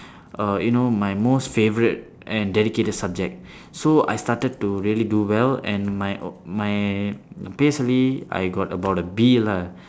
uh you know my most favourite and dedicated subject so I started to really do well and my my P_S_L_E I got about a B lah